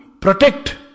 protect